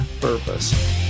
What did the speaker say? purpose